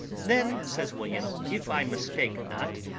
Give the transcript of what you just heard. then, says william, if i mistake not,